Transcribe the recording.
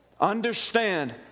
Understand